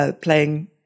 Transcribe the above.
playing